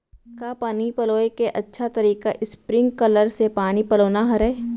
का पानी पलोय के अच्छा तरीका स्प्रिंगकलर से पानी पलोना हरय?